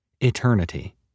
Eternity